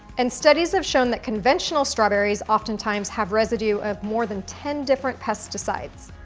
and studies have shown that conventional strawberries often times have residue of more than ten different pesticides.